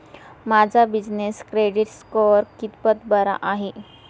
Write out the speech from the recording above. माझा business credit score कितपत बरा आहे?